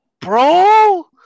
Bro